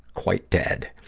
quite dead.